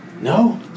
No